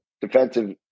defensive